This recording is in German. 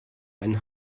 einen